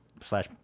Slash